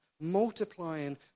multiplying